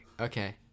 okay